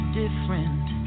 different